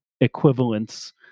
equivalents